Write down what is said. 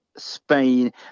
Spain